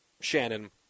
Shannon